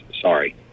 Sorry